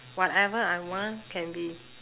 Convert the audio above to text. whatever I want can be